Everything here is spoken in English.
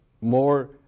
more